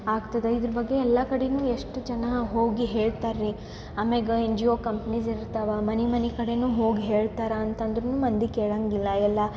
ಆಗ್ತದ ಇದ್ರ ಬಗ್ಗೆ ಎಲ್ಲ ಕಡೆ ಎಷ್ಟು ಜನ ಹೋಗಿ ಹೇಳ್ತಾರೆ ರೀ ಆಮೇಗೆ ಎನ್ ಜಿ ಒ ಕಂಪ್ನಿಸ್ ಇರ್ತಾವೆ ಮನೆ ಮನೆ ಕಡೆ ಹೋಗಿ ಹೇಳ್ತಾರೆ ಅಂತಂದ್ರು ಮಂದಿ ಕೇಳೊಂಗಿಲ್ಲ ಎಲ್ಲ